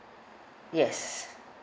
yes